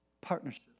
partnership